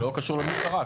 זה לא קשור למשטרה.